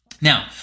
Now